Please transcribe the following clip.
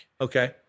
Okay